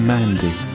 Mandy